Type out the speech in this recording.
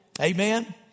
Amen